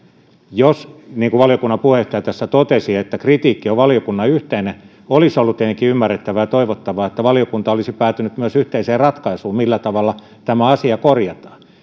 jos niin kuin valiokunnan puheenjohtaja tässä totesi kritiikki on valiokunnan yhteinen olisi ollut tietenkin ymmärrettävää ja toivottavaa että valiokunta olisi myös päätynyt yhteiseen ratkaisuun millä tavalla tämä asia korjataan